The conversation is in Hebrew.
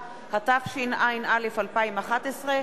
התשע”א 2011,